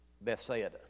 Bethsaida